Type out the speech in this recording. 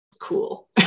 Cool